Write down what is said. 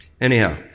Anyhow